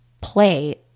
play